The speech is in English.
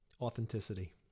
authenticity